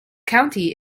county